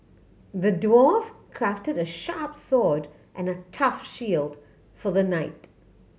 the dwarf crafted a sharp sword and a tough shield for the knight